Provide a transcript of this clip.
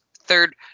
third